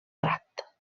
prat